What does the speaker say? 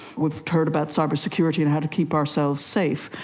we've heard about cybersecurity and how to keep ourselves safe,